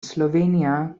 slovenia